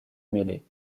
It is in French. mêlée